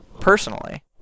personally